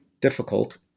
difficult